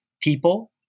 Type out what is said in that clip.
people